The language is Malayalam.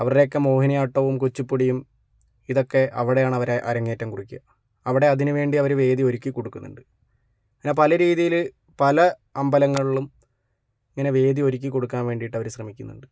അവരുടെയൊക്കെ മോഹിനിയാട്ടവും കുച്ചിപ്പുടിയും ഇതൊക്കെ അവിടെയാണ് അവര് അരങ്ങേറ്റം കുറിക്കുക അവിടെ അതിന് വേണ്ടി അവര് വേദി ഒരുക്കി കൊടുക്കുന്നുണ്ട് അങ്ങനെ പല രീതില് പല അമ്പലങ്ങളിലും ഇങ്ങനെ വേദി ഒരുക്കി കൊടുക്കാൻ വേണ്ടീട്ട് അവര് ശ്രമിക്കുന്നുണ്ട്